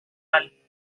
all